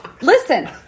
Listen